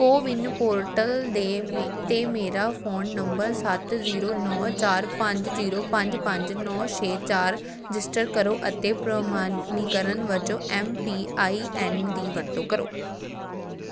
CoWIN portal ਦੇ ਮੇ 'ਤੇ ਮੇਰਾ ਫ਼ੋਨ ਨੰਬਰ ਸੱਤ ਜ਼ੀਰੋ ਨੌਂ ਚਾਰ ਪੰਜ ਜ਼ੀਰੋ ਪੰਜ ਪੰਜ ਨੌਂ ਛੇ ਚਾਰ ਰਜਿਸਟਰ ਕਰੋ ਅਤੇ ਪ੍ਰਮਾਣੀਕਰਨ ਵਜੋਂ ਐਮ ਪੀ ਆਈ ਐਨ ਦੀ ਵਰਤੋਂ ਕਰੋ